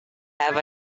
have